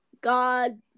God